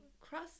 cross